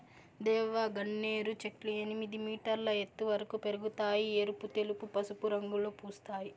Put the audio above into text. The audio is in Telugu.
దేవగన్నేరు చెట్లు ఎనిమిది మీటర్ల ఎత్తు వరకు పెరగుతాయి, ఎరుపు, తెలుపు, పసుపు రంగులలో పూస్తాయి